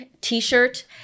T-shirt